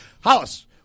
Hollis